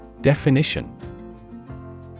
Definition